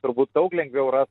turbūt daug lengviau ras